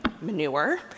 manure